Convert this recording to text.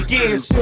Gears